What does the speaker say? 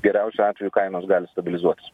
geriausiu atveju kainos gali stabilizuotis